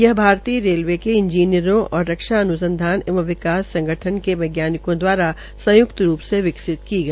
यह भारतीय रेलवे के इंजीनियरों और रक्षा अन्सधान एवं विकास संगठन के वैज्ञानिकों दवारा संयुक्त रूप से विकसित किया गया